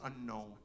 unknown